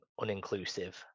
uninclusive